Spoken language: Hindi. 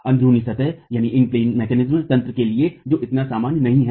अन्घ्रुनी सतह तंत्र के लिए जो इतना सामान्य नहीं है